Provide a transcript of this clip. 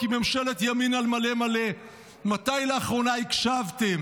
כי ממשלת ימין על מלא מלא, מתי לאחרונה הקשבתם?